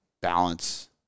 balance